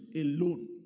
alone